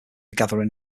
gathering